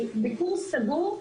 כי ביקור סגור,